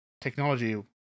technology